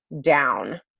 down